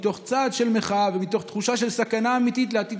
מתוך צעד של מחאה ומתוך תחושה של סכנה אמיתית לעתיד